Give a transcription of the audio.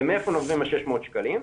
ומאיפה נובעים ה-600 שקלים?